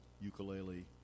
ukulele